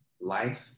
life